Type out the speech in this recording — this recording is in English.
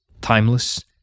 timeless